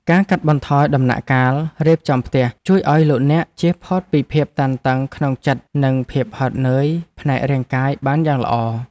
ការកាត់បន្ថយដំណាក់កាលរៀបចំផ្ទះ ជួយឱ្យលោកអ្នកជៀសផុតពីភាពតានតឹងក្នុងចិត្តនិងភាពហត់នឿយផ្នែករាងកាយបានយ៉ាងល្អ។